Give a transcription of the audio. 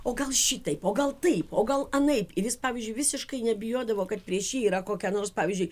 o gal šitaip o gal taip o gal anaip ir jis pavyzdžiui visiškai nebijodavo kad prieš jį yra kokia nors pavyzdžiui